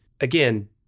Again